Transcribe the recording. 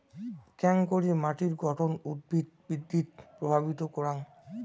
কেঙকরি মাটির গঠন উদ্ভিদ বৃদ্ধিত প্রভাবিত করাং?